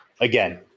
again